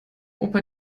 opa